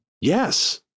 Yes